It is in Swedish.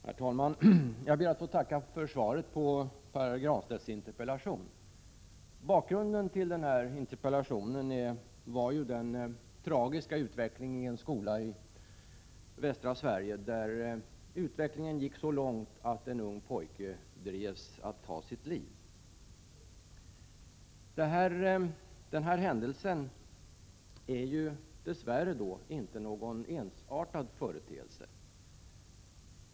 Herr talman! Jag ber att få tacka för svaret på Pär Granstedts interpellation. Bakgrunden till interpellationen var den tragiska utveckling i en skola i västra Sverige som gick så långt att en ung pojke drevs att ta sitt liv. Den händelsen är dess värre inte någon ensartad företeelse.